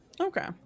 Okay